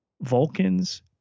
Vulcans